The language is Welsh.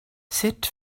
sut